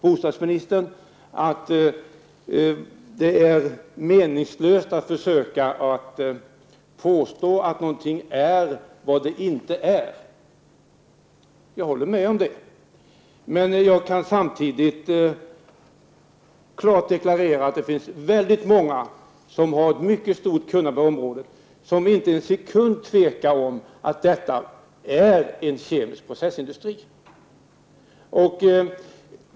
Bostadsministern säger att det är meningslöst att försöka påstå att någonting är något annat än vad det är. Jag håller med om detta. Men jag kan samtidigt klart deklarera att väldigt många — med ett stort kunnande på området — inte en sekund tvekar om att påstå att anläggningen utgör en kemisk processindustri.